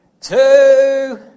two